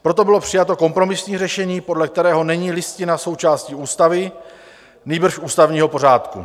Proto bylo přijato kompromisní řešení, podle kterého není Listina součástí ústavy, nýbrž ústavního pořádku.